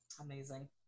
Amazing